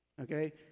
Okay